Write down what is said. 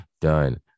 Done